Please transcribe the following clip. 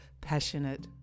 passionate